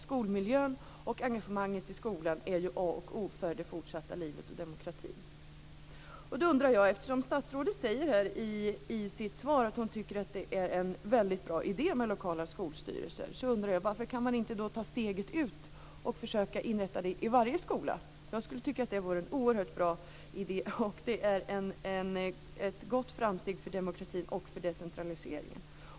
Skolmiljön och engagemanget i skolan är ju A och O för det fortsatta livet och demokratin. Eftersom statsrådet säger i sitt svar att hon tycker att det är en väldigt bra idé med lokala skolstyrelser, undrar jag varför man inte kan ta steget ut och försöka inrätta sådana i varje skola. Jag skulle tycka att det vore en oerhört bra idé. Det vore ett stort framsteg för demokratin och för decentraliseringen.